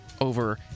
over